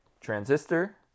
Transistor